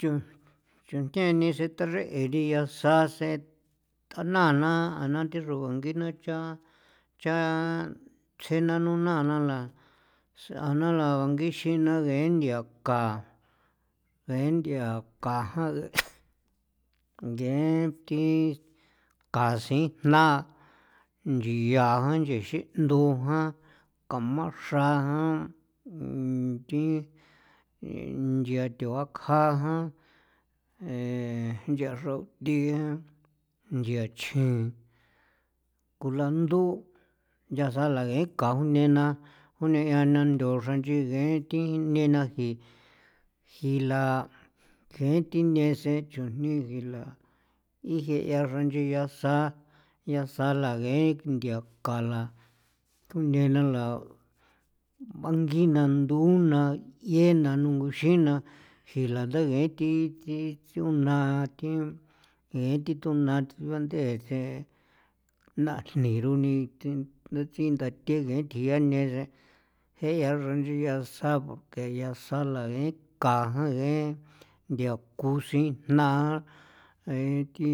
Chu chu ntheni sataxre'e thi'iasa sen tjanaana ana na thi xrugangina cha cha tsje nano naana la xaanala bangixin na ngee nthia ka ngee nthia ka jan ngee nthi kansijna nchia jan nchexin 'ndu jan, kamaxra jan thi nchia thu akja jan, nchia xrothie, nchia chjin, kulandu' nchasala ngee ka ju nena june'a na nthaxrose nchi ngeen thi nena jii jila jee thi ne sen chujni gila ijea xranchi asa yaasala ngee nthia kala junthena nala bangina nduna 'iena nunguxina jilanda ngee thi thi tsiuna thi nge thi tsona thi ba ndee the najni runi thi ndatsii nda thegee jean thie ne sen jee yaa xranchi yasa ke yasa a la ngee kajan ngee nthia kusijna thi